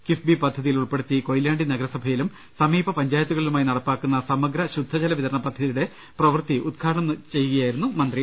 കിഫ്ബി പദ്ധതിയിൽ ഉൾപ്പെ ടുത്തി കൊയിലാണ്ടി നഗരസഭയിലും സമീപ പഞ്ചായത്തുകളിലുമായി നട പ്പിലാക്കുന്ന സമഗ്ര ശുദ്ധജല വിതരണ പദ്ധതിയുടെ പ്രവൃത്തി ഉദ്ഘാടനം നിർവഹിച്ച് സംസാരിക്കുകയായിരുന്നു മന്ത്രി